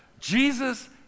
Jesus